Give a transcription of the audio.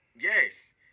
Yes